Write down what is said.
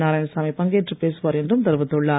நாராயணசாமி பங்கேற்று பேசுவார் என்றும் தெரிவித்துள்ளார்